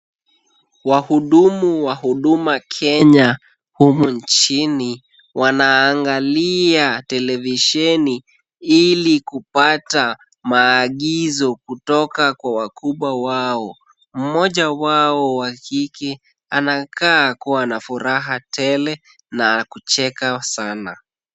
Wahudumu wa huduma Kenya humu nchini, wanaangalia televisheni ili kupata maagizo kutoka kwa wakubwa wao. Mmoja wao wa kike anakaa akiwa na furaha tele na kucheka sana.